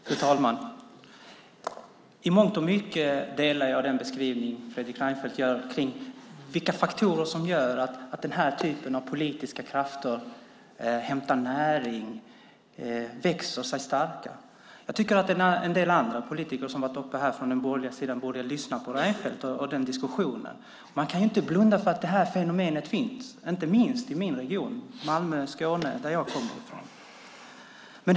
Fru talman! I mångt och mycket delar jag Fredrik Reinfeldts beskrivning av vilka faktorer som gör att denna typ av politiska krafter hämtar näring och växer sig starka. En del andra politiker från den borgerliga sidan som varit uppe här borde lyssna på Reinfeldt och den diskussionen. Man kan inte blunda för att fenomenet finns, inte minst i min hemregion Malmö och Skåne.